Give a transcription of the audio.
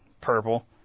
purple